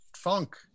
Funk